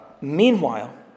Meanwhile